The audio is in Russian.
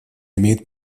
имеет